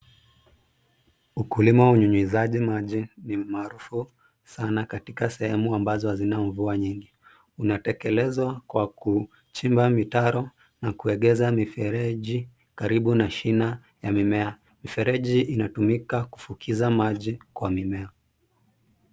Ukulima wa unyunyizaji maji ni maarufu sana katika sehemu ambazo hazina mvua nyingi. Unatekelezwa kwa kuchimba mitaro na kuegeza mifereji karibu na shina ya mimea. Mifereji inatumika kufukiza maji kwa mimea.